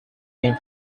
came